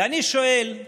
ואני שואל,